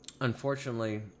unfortunately